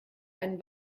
einen